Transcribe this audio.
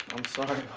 sorry.